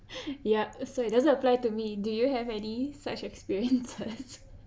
yup so it doesn't apply to me do you have any such experiences